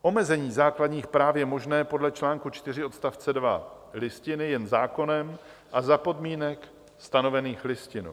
Omezení základních práv je možné podle čl. 4 odst. 2 Listiny jen zákonem a za podmínek stanovených Listinou.